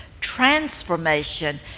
transformation